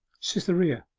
cytherea,